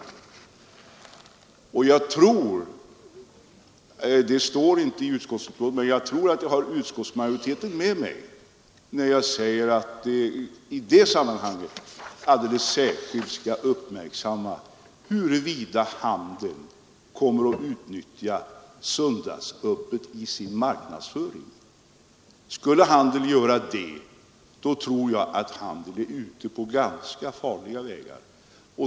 Det står inte i utskottsbetänkandet, men jag tror jag har utskottsmajoriteten med mig när jag säger att i det sammanhanget alldeles särskilt skall uppmärksammas huruvida handeln kommer att utnyttja söndagsöppet i sin marknadsföring. Skulle handeln göra det, då tror jag handeln är ute på ganska farliga vägar.